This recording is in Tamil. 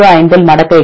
05 இல் மடக்கைக்கு